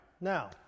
Now